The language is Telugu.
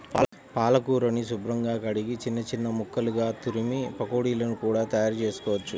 పాలకూరని శుభ్రంగా కడిగి చిన్న చిన్న ముక్కలుగా తురిమి పకోడీలను కూడా తయారుచేసుకోవచ్చు